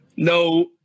No